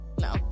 no